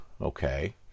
okay